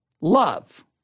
love